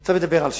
אתה מדבר על ש"ס,